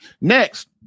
Next